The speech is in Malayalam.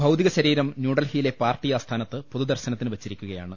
ഭൌതിക ശരീരം ന്യൂഡൽഹിയിലെ പാർട്ടി ആസ്ഥാനത്ത് പൊതു ദർശനത്തിന് വെച്ചി രിക്കയാണ്